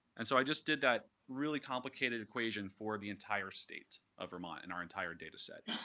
and so i just did that really complicated equation for the entire state of vermont and our entire data set.